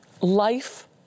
life